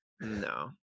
No